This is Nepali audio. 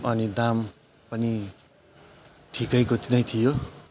अनि दाम पनि ठिकैको नै थियो